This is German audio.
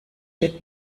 wird